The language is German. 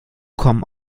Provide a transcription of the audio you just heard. kommen